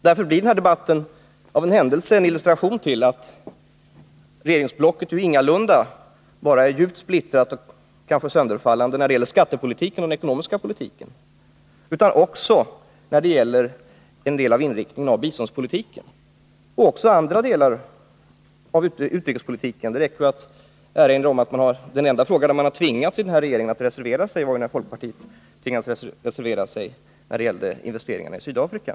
Därför blir den här debatten av en händelse en illustration till att regeringsblocket är djupt splittrat — kanske sönderfallande —- inte bara när det gäller skattepolitiken och den ekonomiska politiken utan också när det gäller en del av inriktningen av biståndspolitiken och även andra delar av utrikespolitiken. Det räcker väl att erinra om att den enda fråga där man i den här regeringen har tvingats att reservera sig var när folkpartiet tvingades att reservera sig mot investeringarna i Sydafrika.